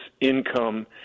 income